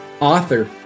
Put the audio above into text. author